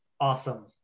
awesome